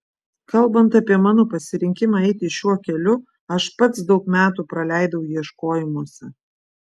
kalbant apie mano pasirinkimą eiti šiuo keliu aš pats daug metų praleidau ieškojimuose